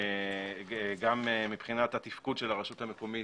גם מבחינת התפקוד של הרשות המקומית,